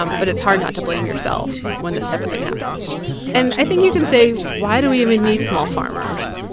um but it's hard not to blame yourself when this type of thing happens and i think you can say, why do we even need small farmers?